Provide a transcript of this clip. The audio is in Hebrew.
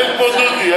אין כמו דודי.